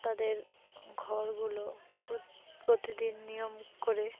তাদের ঘরগুলো প্রতিদিন নিয়ম করে